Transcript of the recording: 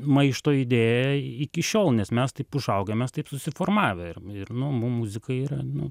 maišto idėja iki šiol nes mes taip užaugę mes taip susiformavę ir nu mum muzika yra nu